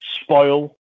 spoil